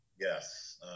Yes